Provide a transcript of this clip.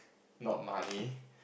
not money